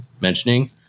mentioning